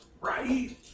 Right